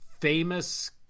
famous